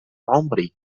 عمري